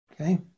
okay